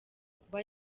kuba